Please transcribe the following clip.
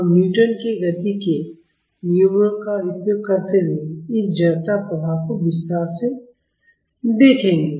हम न्यूटन के गति के नियमों का उपयोग करते हुए इस जड़ता प्रभाव को विस्तार से देखेंगे